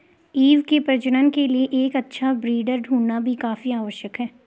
ewe के प्रजनन के लिए एक अच्छा ब्रीडर ढूंढ़ना भी काफी आवश्यक है